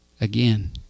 Again